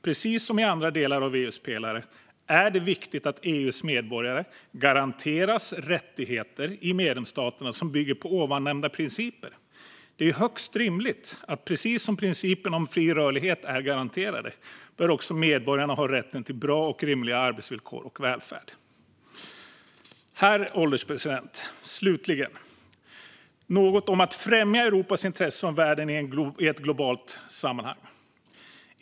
Precis som i andra delar av EU:s pelare är det viktigt att EU:s medborgare garanteras rättigheter i medlemsstaterna som bygger på ovannämnda principer. Precis som principerna om fri rörlighet är garanterade är det högst rimligt att medborgarna har rätten till bra och rimliga arbetsvillkor och välfärd. Herr ålderspresident! Slutligen något om att främja Europas intressen och värden i ett globalt sammanhang.